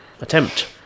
Attempt